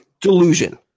delusion